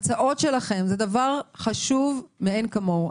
ההצעות שלכם זה דבר חשוב מאין כמוהו,